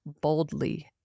boldly